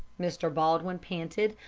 mr. baldwin panted,